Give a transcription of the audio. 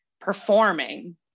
performing